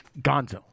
Gonzo